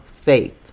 faith